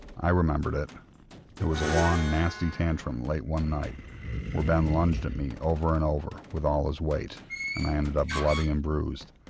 i remembered it it was a long nasty tantrum late one night when ben lunged at me over and over with all his weight and i ended up bloody and bruised,